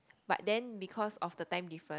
but then because of the time difference